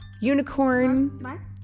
unicorn